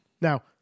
Now